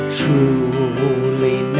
truly